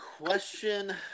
Question